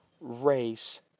race